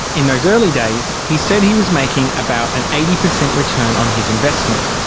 in those early days he said he was making about an eighty percent return on his investment.